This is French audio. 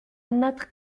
notre